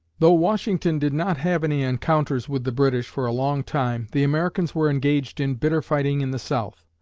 though washington did not have any encounters with the british for a long time, the americans were engaged in bitter fighting in the south.